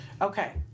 Okay